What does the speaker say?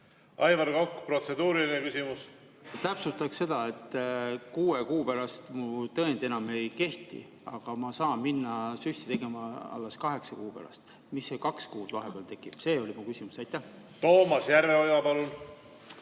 teha, see oli mu küsimus. Täpsustaksin seda, et kuue kuu pärast mu tõend enam ei kehti, aga ma saan minna süsti tegema alles kaheksa kuu pärast. Mis see kaks kuud vahepeal teha, see oli mu küsimus. Toomas Järveoja, palun!